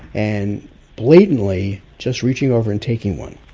and blatantly just reaching over and taking one.